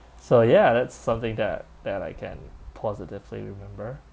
so ya that's something that that I can positively remember